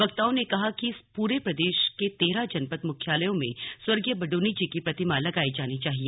वक्ताओं ने कहा की सरकार पूरे प्रदेश के तेरह जनपद मुख्यालयों में स्वर्गीय बडोनी जी की प्रतिमा लगाई जानी चाहिए